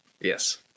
Yes